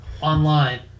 online